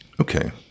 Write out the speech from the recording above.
Okay